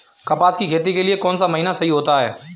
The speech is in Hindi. कपास की खेती के लिए कौन सा महीना सही होता है?